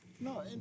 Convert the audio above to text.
No